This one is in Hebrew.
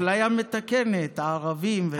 אפליה מתקנת, ערבים וזה.